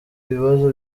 ibibazo